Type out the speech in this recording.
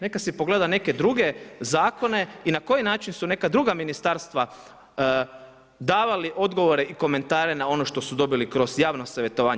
Neka si pogleda neke druge zakone i na koji način su neka druga ministarstva davali odgovore i komentare na ono što su dobili kroz javno savjetovanje.